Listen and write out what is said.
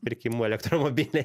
pirkimu elektromobiliai